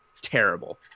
terrible